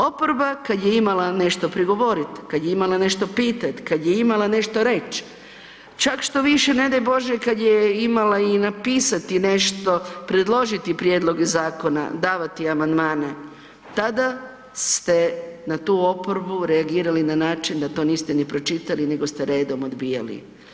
Oporba kad je imala nešto prigovoriti, kad je imala nešto pitati, kad je imala nešto reći, čak štoviše ne daj Bože kad je imala i napisati nešto, predložiti prijedloge zakona, davati amandmane tada ste na tu oporbu reagirali na način da to niste ni pročitali nego ste redom odbijali.